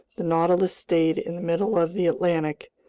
the nautilus stayed in the middle of the atlantic,